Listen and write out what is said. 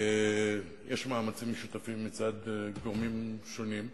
יש מאמצים משותפים מצד גורמים שונים.